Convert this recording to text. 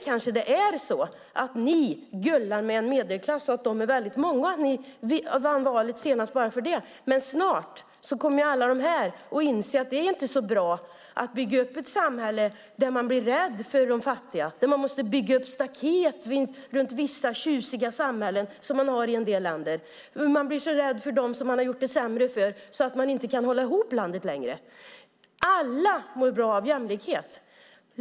Kanske det är så att ni gullar med en medelklass, och det är väldigt många. Ni vann valet senast bara för det, men snart kommer alla de att inse att det inte är så bra att bygga upp ett samhälle där man blir rädd för de fattiga, där man måste bygga upp staket runt vissa tjusiga samhällen som i en del länder. Man blir så rädd för dem som ni har gjort det sämre för att man inte kan hålla ihop landet längre. Alla mår bra av jämlikhet.